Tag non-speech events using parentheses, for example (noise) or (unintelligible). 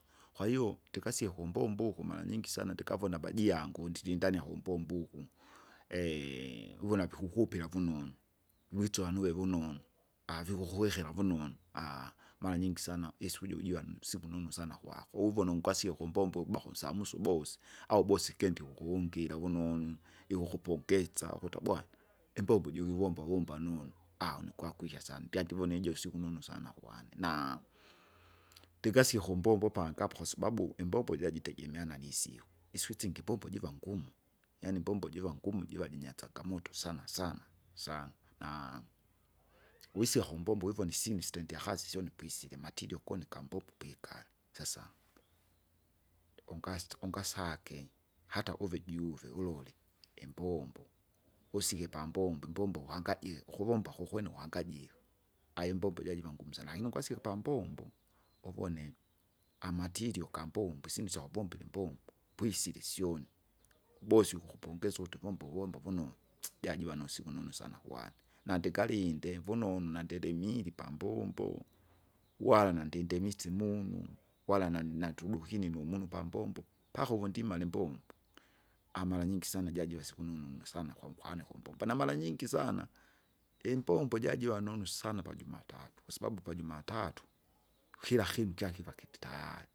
Kwahiyo ndikasie kumbombo uku maeanyingi sana ndikavona bajiangu ndivindanya kumbombo uko, (hesitation) vivona vikukupila vunonu, witsuva nuwe vunonu, avikukuwekera vunonu, (hesitation) maranyingi sana isuku jojuwanu siku nunu sana kwako uvona ungasie kumbombo bakumsamuse ubosi, au bosi ikindi kukuungira vunonu, ikuku pongesa ukuta bwana imbombo juvivomba vmba nonu, (hesitation) nokwakyika sana, ndyandivone ijo siku nunu sana kuwane. Na, ndingasike kumbombo pange apo kwasababu, imbombo jira jitegemeana nisiku, isiku isingi imbombo jiva ngumu, yaani imbombo jiva ngumu jiva jinyasagamoto sana sana, sana, na, wisika kumbombo wivona isyinu sitendia kazi syoni pwisele (unintelligible) ukuone kambombo pikali. Sasa, ungasito ungasake, hata uve juuve ulole, imbombo, wusike pambombo, imbombo kuhangajika, ukuvomba kukwene ukuhangajika. aimbombo jira jiva ngumu sana, lakini ungasie pambombo, uvone (unintelligible) gambombo isyinu syakuvombila imbombo, pwisile isyoni, bosi ukukupongesa ukuti vomba uvomba vunonu, (noise) jajiva nusiku nunu sana kwane nandingalinde vunonu nandilimie pambombo. Uwana ndindemitse imunu nani natudokinimo muno pambombo, pakovo ndimale imbombo imbombo (hesitation) maranyingi sana jajiwesa ukununu ikisana kwa nkwani kumbombo, na maranyingi sana, imbombo jajiva nunu sana pajumatatu, kwasababu pajumatatu kukira kinu kyakiva kiti tayari.